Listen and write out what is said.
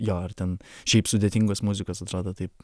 jo ar ten šiaip sudėtingos muzikos atrodo taip